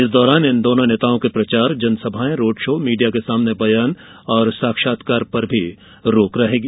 इस दौरान इन दोनों नेताओं के प्रचार जनसभाएं रोड शो मीडिया के सामने बयान और साक्षात्कार पर भी रोक रहेगी